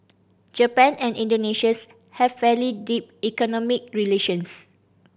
Japan and Indonesia's have fairly deep economic relations